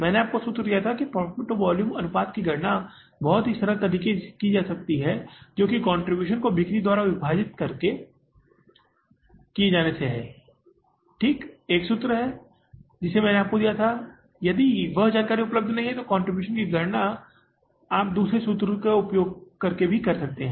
मैंने आपको यह सूत्र दिया कि प्रॉफिट टू वॉल्यूम अनुपात की गणना बहुत ही सरल तरीके से की जा सकती है जो कि कंट्रीब्यूशन को बिक्री द्वारा विभाजित किए जाने से है ठीक एक सूत्र है जिसे मैंने आपको दिया है यदि वह जानकारी उपलब्ध नहीं है तो कंट्रीब्यूशन की गणना तब आप सूत्र के दूसरे रूप का उपयोग कर सकते हैं